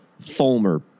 Fulmer